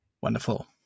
Wonderful